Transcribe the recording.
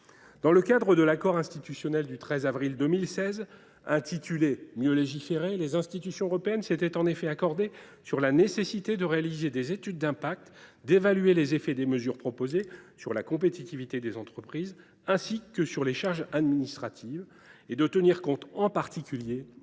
Dans le cadre de l’accord interinstitutionnel du 13 avril 2016 intitulé « Mieux légiférer », les institutions européennes s’étaient en effet accordées sur la nécessité de réaliser des études d’impact, d’évaluer les effets des mesures proposées sur la compétitivité des entreprises, ainsi que sur les charges administratives, et de tenir compte en particulier des PME.